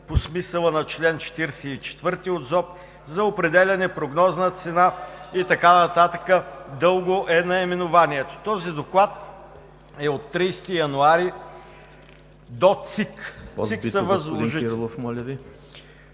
по смисъла на чл. 44 от ЗОП за определяне прогнозна цена…“, и така нататък. Дълго е наименованието. Този доклад е от 30 януари до ЦИК. ЦИК е възложител.